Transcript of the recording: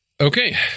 Okay